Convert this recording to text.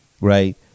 right